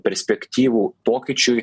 perspektyvų pokyčiui